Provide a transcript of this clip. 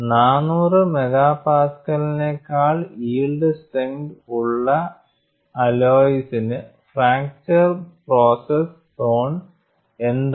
400 MPa കാൾ yield strength ഉള്ള അല്ലോയ്സിനു ഫ്രാക്ചർ പ്രോസസ് സോൺ എന്താണ്